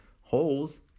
holes